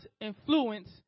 influence